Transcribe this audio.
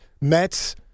Mets